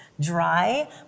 dry